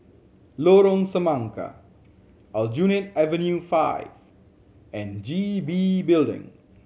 Lorong Semangka Aljunied Avenue Five and G B Building